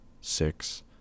six